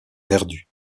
perdue